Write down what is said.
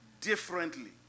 differently